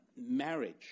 marriage